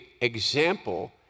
example